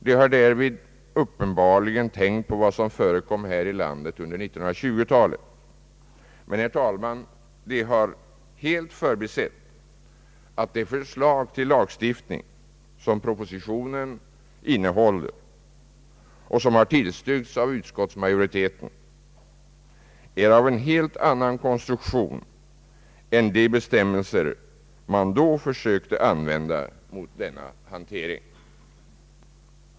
De har därvid uppenbarligen tänkt på vad som hände här i landet under 1920-talet. Men, herr talman, de har helt förbisett att det förslag till lagstiftning som propositionen innehåller och som också har tillstyrkts av utskottsmajoriteten är av en helt annan konstruktion än de bestämmelser man då försökte använda mot denna hantering.